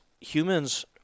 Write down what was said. humans